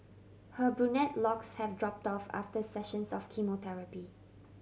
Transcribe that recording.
her brunette locks have dropped off after sessions of chemotherapy